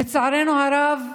לצערנו הרב,